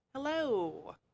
Hello